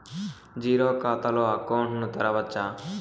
Zero ఖాతా తో account ను తెరవచ్చా?